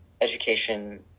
education